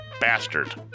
Bastard